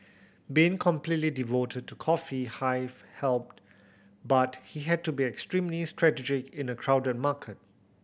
being completely devoted to Coffee Hive helped but he had to be extremely strategic in a crowded market